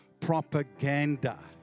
propaganda